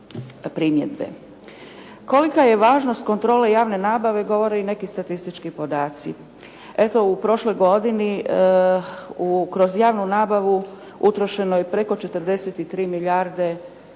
Kolika je važnost kontrole javne nabave govore i neki statistički podaci. Eto u prošloj godini u, kroz javnu nabavu utrošeno je preko 43 milijarde kuna,